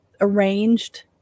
arranged